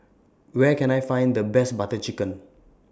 Where Can I Find The Best Butter Chicken